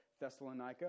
Thessalonica